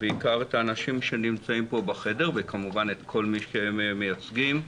בעיקר את האנשים שנמצאים פה בחדר וכמובן את כל מי שהם מייצגים.